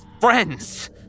friends